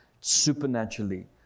supernaturally